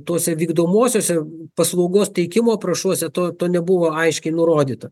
tose vykdomosiuose paslaugos teikimo aprašuose to to nebuvo aiškiai nurodyta